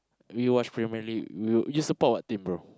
do you watch Premier-League you you support what team bro